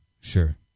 Sure